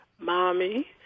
mommy